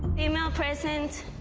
female present.